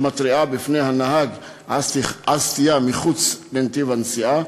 שמתריעה בפני הנהג על סטייה מחוץ לנתיב הנסיעה,